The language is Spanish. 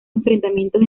enfrentamientos